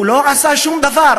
הוא לא עשה שום דבר.